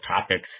topics